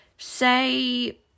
Say